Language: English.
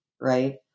right